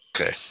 Okay